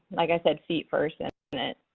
like i said, feet first in it.